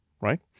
right